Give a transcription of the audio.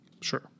Sure